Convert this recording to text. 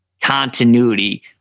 continuity